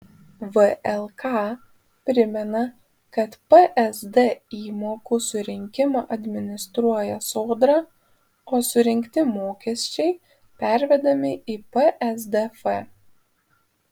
vlk primena kad psd įmokų surinkimą administruoja sodra o surinkti mokesčiai pervedami į psdf